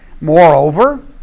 Moreover